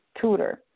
tutor